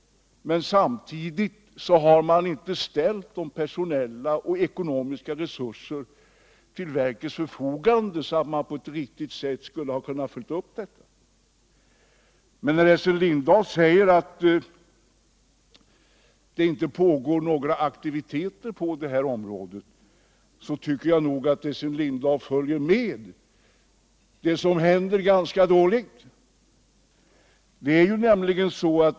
Samtidigt har man inte ställt de personella och ekonomiska resurser som behövs till verkets förfogande. Men när Essen Lindahl säger att några aktiviteter inte pågår på detta område, tycker jag nog att han är orättvis.